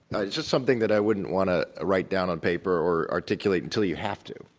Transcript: it's just something that i wouldn't want to ah write down on paper or articulate until you have to.